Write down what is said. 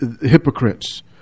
Hypocrites